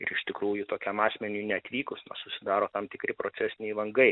ir iš tikrųjų tokiam asmeniui neatvykus susidaro tam tikri procesiniai langai